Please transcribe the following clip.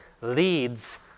leads